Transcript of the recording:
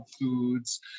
foods